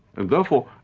and therefore,